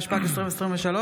התשפ"ג 2023,